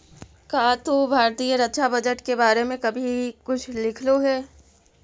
का तू भारतीय रक्षा बजट के बारे में कभी कुछ लिखलु हे